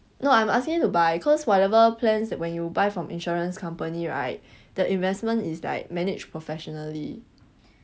no I'm asking him to buy cause whatever plans when you buy from insurance company right the investment is like managed professionally